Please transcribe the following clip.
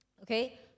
okay